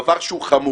דבר שהוא חמור,